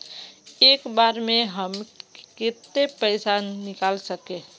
एक बार में हम केते पैसा निकल सके?